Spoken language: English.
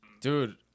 dude